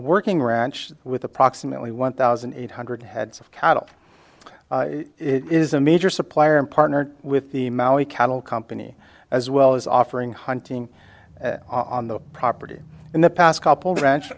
working ranch with approximately one thousand eight hundred heads of cattle it is a major supplier and partnered with the maui cattle company as well as offering hunting on the property in the past couple ranch